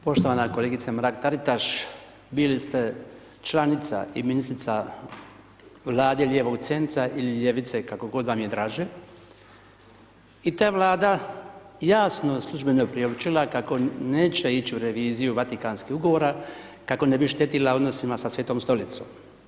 Poštovana kolegice Mrak Taritaš, bili ste članica i ministrica Vlade lijevog centra ili ljevice, kako god vam je draže i ta Vlada jasno službeno priopćila kako neće ići u reviziju Vatikanskih ugovora, kako ne bi štetila odnosima sa Svetom Stolicom.